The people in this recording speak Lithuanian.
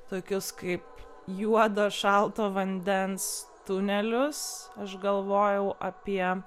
tokius kaip juodo šalto vandens tunelius aš galvojau apie